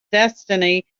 destiny